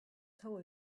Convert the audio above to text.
soul